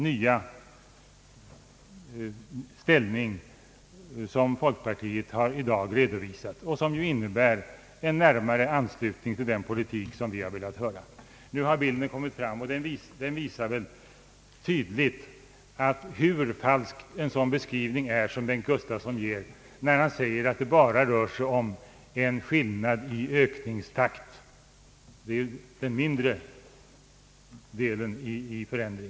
Jag vill då upprepa vad jag sade förut, nämligen att vi gläder oss åt den nya inställning som folkpartiet i dag har redovisat och som innebär en närmare anslutning till vår politik.